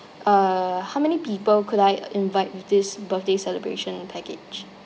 uh how many people could I invite with this birthday celebration package